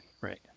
Right